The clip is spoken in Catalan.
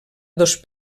dos